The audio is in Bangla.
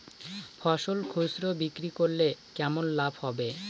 ফসল খুচরো বিক্রি করলে কেমন লাভ হবে?